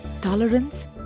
tolerance